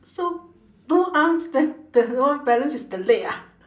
so two arms then the one balance is the leg ah